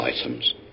items